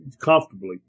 comfortably